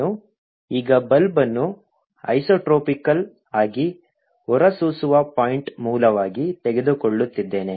ನಾನು ಈ ಬಲ್ಬ್ ಅನ್ನು ಐಸೊಟ್ರೊಪಿಕಲ್ ಆಗಿ ಹೊರಸೂಸುವ ಪಾಯಿಂಟ್ ಮೂಲವಾಗಿ ತೆಗೆದುಕೊಳ್ಳುತ್ತಿದ್ದೇನೆ